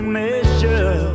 measure